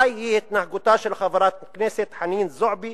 היא ההתנהגות של חברת הכנסת חנין זועבי,